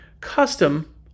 custom